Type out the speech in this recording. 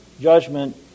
judgment